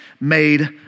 made